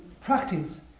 practice